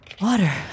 Water